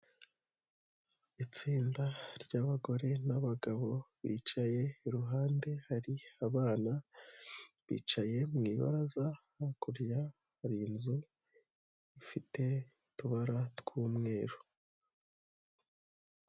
Itsinda rya'bagore n'abagabo bicaye, iruhande hari abana bicaye mu ibaraza, hakurya hari inzu ifite utubara tw'umweru.